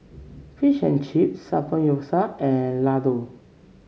Fish and Chips Samgeyopsal and Ladoo